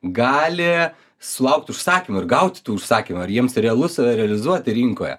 gali sulaukt užsakymų ir gauti tų užsakymų ar jiems realu save realizuoti rinkoje